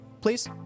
please